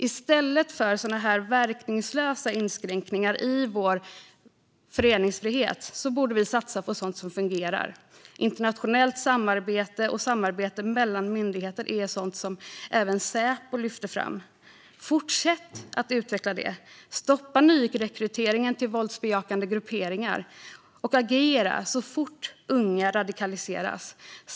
I stället för sådana här verkningslösa inskränkningar i vår föreningsfrihet borde vi satsa på sådant som fungerar. Internationellt samarbete och samarbete mellan myndigheter är sådant som även Säpo lyfter fram. Fortsätt att utveckla det! Stoppa nyrekryteringen till våldsbejakande grupperingar, och agera så fort unga radikaliseras!